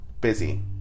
busy